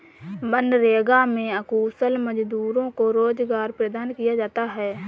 मनरेगा में अकुशल मजदूरों को रोजगार प्रदान किया जाता है